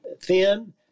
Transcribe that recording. thin